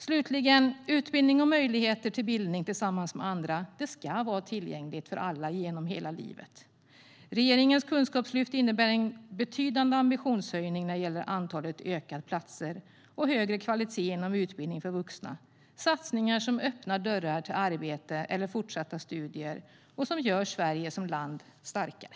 Slutligen: Utbildning och möjligheter till bildning tillsammans med andra ska vara tillgängligt för alla genom hela livet. Regeringens kunskapslyft innebär en betydande ambitionshöjning när det gäller ökat antal platser och högre kvalitet inom utbildning för vuxna. Det är satsningar som öppnar dörrar till arbete eller fortsatta studier och som gör Sverige som land starkare.